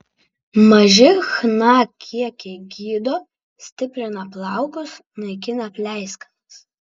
maži chna kiekiai gydo stiprina plaukus naikina pleiskanas